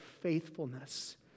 faithfulness